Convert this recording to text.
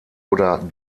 oder